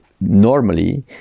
normally